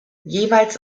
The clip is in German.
jeweils